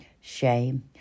shame